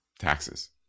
taxes